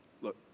look